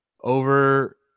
Over